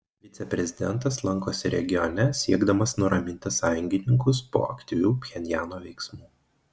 viceprezidentas lankosi regione siekdamas nuraminti sąjungininkus po aktyvių pchenjano veiksmų